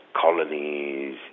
colonies